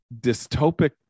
dystopic